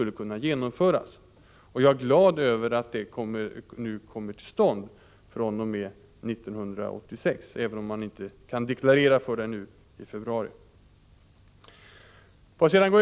Jag är glad över att detta nu kommer till stånd fr.o.m. 1986, även om man inte kan deklarera efter det nu i februari.